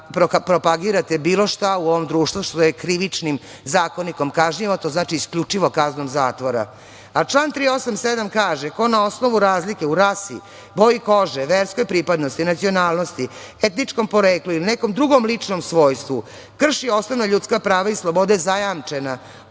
da propagirate bilo šta u ovom društvu što je Krivičnim zakonikom kažnjivo, a to znači isključivo kaznom zatvora. Član 387. kaže – ko na osnovu razlike u rasi, boji kože, verskoj pripadnosti, nacionalnosti, etničkom poreklu ili nekom drugom ličnom svojstvu krši osnovna ljudska prava i slobode zajamčene